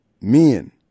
men